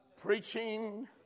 Preaching